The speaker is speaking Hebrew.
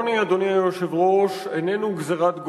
אדוני היושב-ראש, העוני הוא לא גזירת גורל.